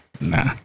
nah